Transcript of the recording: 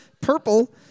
purple